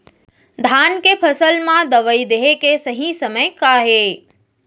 धान के फसल मा दवई देहे के सही समय का हे?